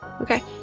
Okay